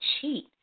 cheat